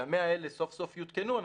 כשה-100 האלה סוף-סוף יותקנו,